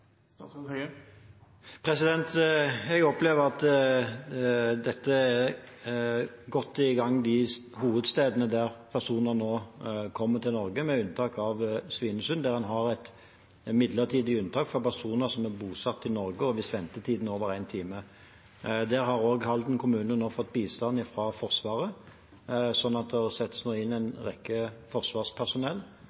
Jeg opplever at dette er godt i gang på de viktigste stedene der personer nå kommer til Norge, med unntak av Svinesund, der en har et midlertidig unntak for personer som er bosatt i Norge, og hvis ventetiden er på over én time. Der har Halden kommune nå fått bistand fra Forsvaret, så der settes det nå inn en